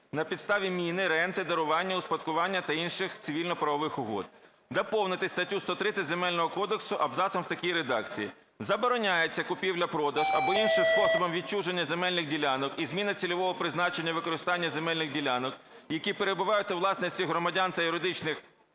на підставі міни, ренти, дарування, успадкування та інших цивільно-правових угод". Доповнити статтю 130 Земельного кодексу абзацом в такій редакції: "Забороняється купівля-продаж або іншим способом відчуження земельних ділянок і зміна цільового призначення (використання) земельних ділянок, які перебувають у власності громадян та юридичних